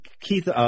Keith